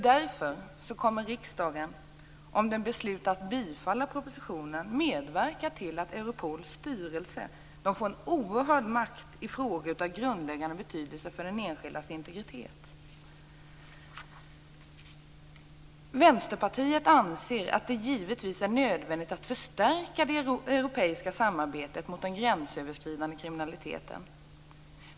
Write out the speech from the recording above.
Därför kommer riksdagen, om den beslutar att bifalla propositionen, att medverka till att Europols styrelse får en oerhörd makt i frågor av grundläggande betydelse för den enskildas integritet. Vänsterpartiet anser att det givetvis är nödvändigt att förstärka det europeiska samarbetet mot den gränsöverskridande kriminaliteten.